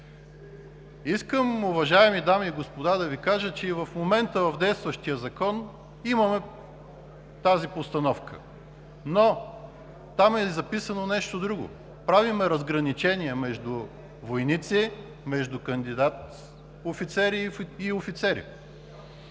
години. Уважаеми дами и господа, искам да Ви кажа, че и в момента в действащия закон имаме тази постановка, но там е записано нещо друго – правим разграничение между войници, между кандидат офицери и офицери.